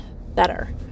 better